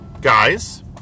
guys